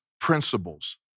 principles